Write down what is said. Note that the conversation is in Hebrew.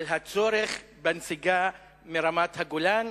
על הצורך בנסיגה מרמת-הגולן.